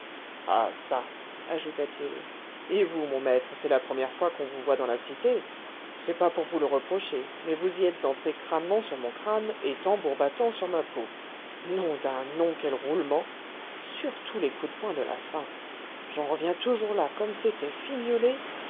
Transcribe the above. ah çà ajouta-t-il et vous mon maître c'est la première fois qu'on vous voit dans la cité c'est pas pour vous le reprocher mais vous y êtes entré crânement sur mon crâne et tambour battant sur ma peau nom d'un nom quel roulement surtout les coups de poing de la fin j'en reviens toujours là comme c'était fignolé